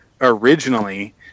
originally